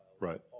right